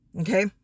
Okay